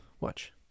Watch